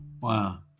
Wow